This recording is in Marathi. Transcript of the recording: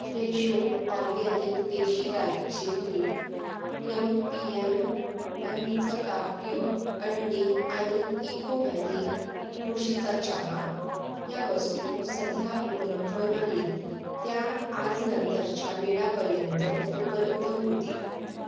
फ्रेशो ऑरगॅनिक देशी गाईचे तूप यम पी यम पंचगव्य अंडी आणि इको व्हॅली तुळशीचा चहा या वस्तू सध्या उपलब्ध नाहीत त्या आजनंतरच्या वेळापर्यंत उपलब्ध होतील